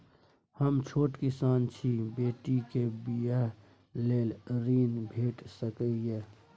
हम छोट किसान छी, बेटी के बियाह लेल ऋण भेट सकै ये?